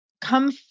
come